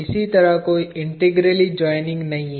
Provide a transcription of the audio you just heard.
इस तरह कोई इंटेग्रलि जोइनिंग नहीं है